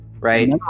Right